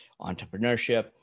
entrepreneurship